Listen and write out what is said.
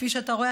כפי שאתה רואה,